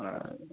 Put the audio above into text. হয়